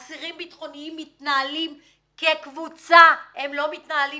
אסירים ביטחוניים מתנהלים כקבוצה, הם לא מתנהלים